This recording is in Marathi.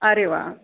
अरे वा